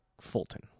Fulton